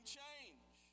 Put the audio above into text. change